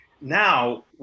Now